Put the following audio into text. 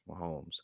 Mahomes